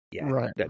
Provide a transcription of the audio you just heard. Right